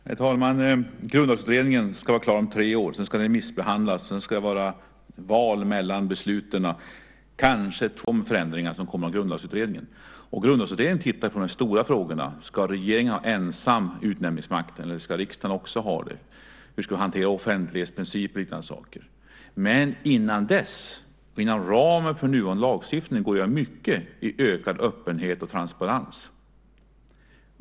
Herr talman! Grundlagsutredningen ska vara klar om tre år. Sedan ska den remissbehandlas, och det ska vara val mellan besluten. Vi kanske kan ha resultatet av de förändringar som Grundlagsutredningen leder till omkring 2011. Grundlagsutredningen ser över de stora frågorna. Ska regeringen ensam ha utnämningsmakten, eller ska även riksdagen ha det? Hur ska vi hantera offentlighetsprincipen och liknande? Men innan dess, inom ramen för nuvarande lagstiftning, går det att göra mycket i fråga om ökad öppenhet och transparens.